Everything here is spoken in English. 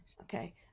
Okay